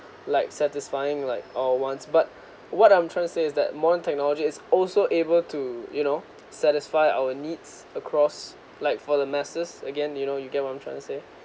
like satisfying like our wants but what I'm trying to say is that more technology is also able to you know satisfy our needs across like for the masses again you know you get what I'm trying to say